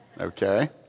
Okay